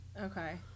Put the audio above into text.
Okay